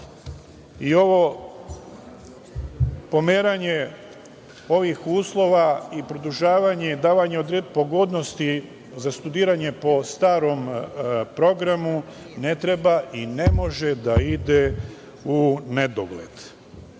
i ovo pomeranje uslova, produžavanje, davanje pogodnosti za studiranje po starom programu ne treba i ne može da ide u nedogled. Ove